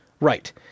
right